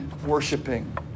Worshipping